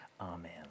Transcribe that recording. Amen